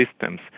systems